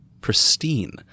Pristine